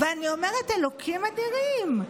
ואני אומרת: אלוקים אדירים,